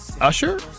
Usher